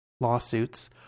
lawsuits